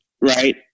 right